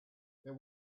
there